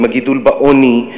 עם הגידול בעוני,